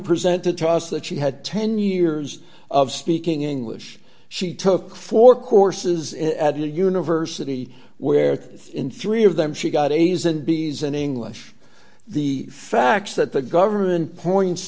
presented to us that she had ten years of speaking english she took four courses at a university where in three of them she got a's and b s in english the facts that the government points